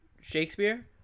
Shakespeare